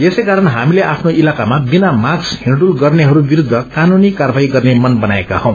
यसै कारण हामीले आफ्नो इलाकामा बिना मास्क हिँड़बुल गर्नेहरू विरूद्ध कानूनी कार्यवाही गर्ने मन बनाएका छौ